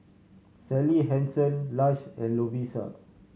Sally Hansen Lush and Lovisa